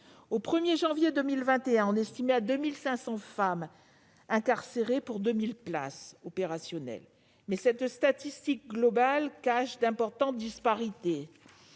Au 1 janvier 2021, on estimait que 2 500 femmes étaient incarcérées pour 2 000 places opérationnelles, mais cette statistique globale cache d'importantes disparités.